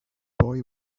boy